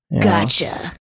gotcha